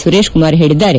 ಸುರೇಶ್ಕುಮಾರ್ ಹೇಳಿದ್ದಾರೆ